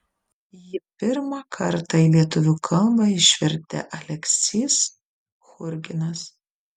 jį pirmą kartą į lietuvių kalbą išvertė aleksys churginas